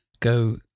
go